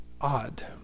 odd